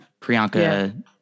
Priyanka